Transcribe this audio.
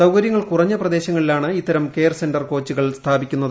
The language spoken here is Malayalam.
സൌകര്യങ്ങൾ കുറഞ്ഞ പ്രദേശങ്ങളിലാണ് ഇത്തരം കെയർ സെന്റർ കോച്ചുകൾ സ്ഥാപിക്കുന്നത്